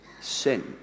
sin